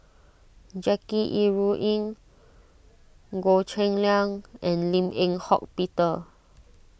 Jackie Yi Ru Ying Goh Cheng Liang and Lim Eng Hock Peter